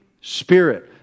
Spirit